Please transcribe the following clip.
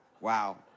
Wow